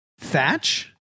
Thatch